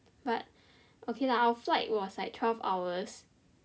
but okay lah our flight was like twelve hours